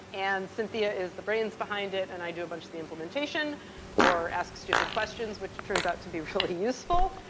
and cynthia is the brains behind it, and i do a bunch of the implementation or ask stupid questions, which turns out to be really useful.